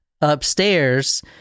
upstairs